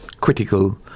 critical